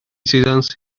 seasons